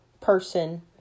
person